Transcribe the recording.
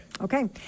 Okay